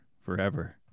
forever